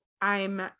I'm-